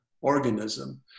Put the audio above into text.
organism